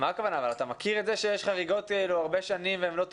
אבל אתה מכיר שיש חריגות הרבה שנים והן לא טופלו?